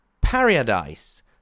Paradise